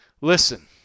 Listen